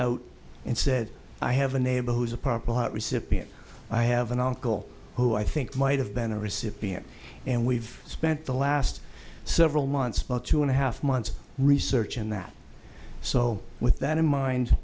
out and said i have a neighbor who is a purple heart recipient i have an uncle who i think might have been a recipient and we've spent the last several months about two and a half months researching that so with that in mind